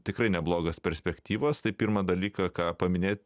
tikrai neblogas perspektyvas tai pirmą dalyką ką paminėti